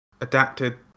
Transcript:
adapted